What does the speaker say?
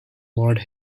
maud